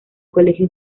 colegio